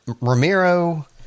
Ramiro